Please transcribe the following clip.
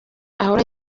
ahora